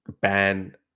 ban